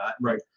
right